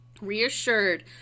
reassured